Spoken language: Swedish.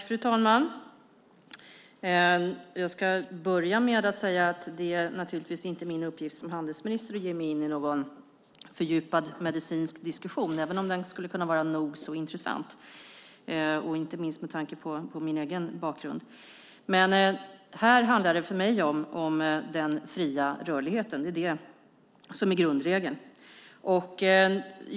Fru talman! Jag ska börja med att säga att det naturligtvis inte är min uppgift som handelsminister att ge mig in i någon fördjupad medicinsk diskussion även om den skulle kunna vara nog så intressant, inte minst med tanke på min egen bakgrund. Här handlar det för mig om den fria rörligheten. Det är det som är grundregeln.